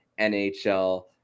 NHL